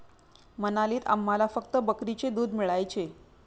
मनालीत आम्हाला फक्त बकरीचे दूध मिळायचे